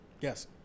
Yes